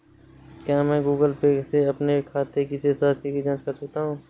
क्या मैं Google Pay से अपने खाते की शेष राशि की जाँच कर सकता हूँ?